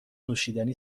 نوشیدنی